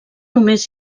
només